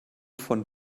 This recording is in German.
von